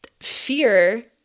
fear